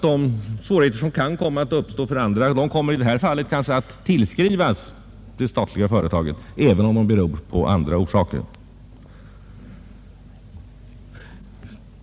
De svårigheter som kan komma att uppstå på annat håll kan man då kanske tillskriva det statliga företaget. Men orsakerna kan trots detta vara helt andra.